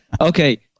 Okay